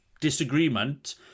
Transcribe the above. disagreement